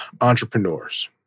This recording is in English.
entrepreneurs